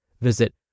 Visit